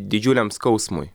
didžiuliam skausmui